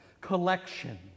collection